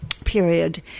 period